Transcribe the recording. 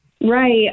Right